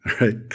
right